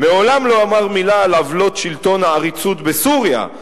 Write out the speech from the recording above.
"מעולם לא אמר מלה על עוולות שלטון העריצות בסוריה,